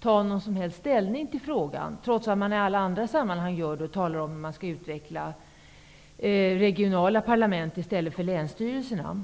ta ställning i frågan, trots att man i alla andra sammanhang gör det och talar om hur man skall utveckla regionala parlament i stället för länsstyrelserna.